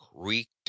creaked